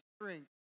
strength